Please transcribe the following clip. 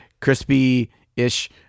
crispy-ish